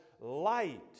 light